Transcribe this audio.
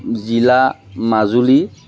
জিলা মাজুলী